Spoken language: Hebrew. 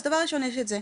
אז דבר ראשון יש את זה.